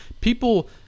people